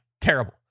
terrible